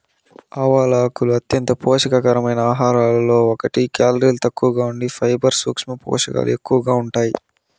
ఆవాల ఆకులు అంత్యంత పోషక కరమైన ఆహారాలలో ఒకటి, కేలరీలు తక్కువగా ఉండి ఫైబర్, సూక్ష్మ పోషకాలు ఎక్కువగా ఉంటాయి